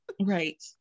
Right